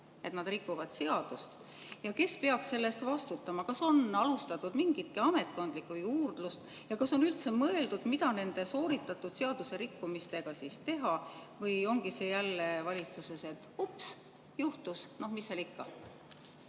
et nad rikuvad seadust, ja kes peaks selle eest vastutama? Kas on alustatud mingitki ametkondlikku juurdlust ja kas on üldse mõeldud, mida nende sooritatud seaduserikkumistega teha, või ongi valitsuses jälle nii, et ups, juhtus, no mis seal ikka?